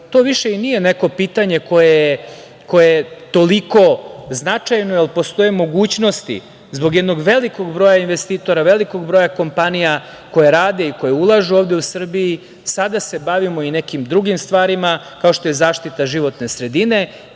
to više i nije neko pitanje koje je toliko značajno, jer postoje mogućnosti, zbog jednog velikog broja investitora, velikog broja kompanija koje rade i koje ulažu ovde u Srbiji, sada se bavimo i nekim drugim stvarima, kao što je zaštita životne sredine